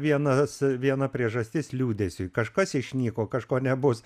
vienas viena priežastis liūdesiui kažkas išnyko kažko nebus